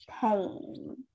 pain